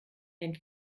den